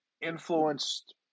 influenced